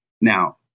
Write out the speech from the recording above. Now